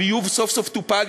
הביוב סוף-סוף טופל.